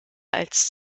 als